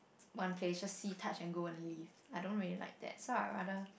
one place just see touch and go and then leave I don't really like that so I would rather